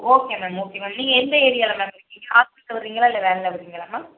okay ma'am okay ma'am நீங்கள் எந்த ஏரியாலே மேம் இருக்கீங்க ஹாஸ்டல்லே விட்றீங்களா இல்லை வேனில் விட்றீங்களா மேம்